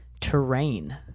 terrain